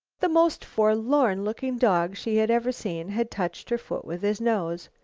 the most forlorn-looking dog she had ever seen had touched her foot with his nose.